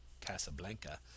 casablanca